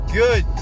good